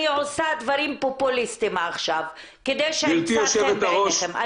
אני עושה דברים פופוליסטים עכשיו כדי שימצא חן בעיניכם.